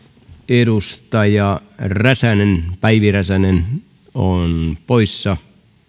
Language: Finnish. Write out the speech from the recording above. edustaja päivi räsänen on poissa